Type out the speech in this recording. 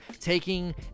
taking